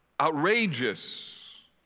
outrageous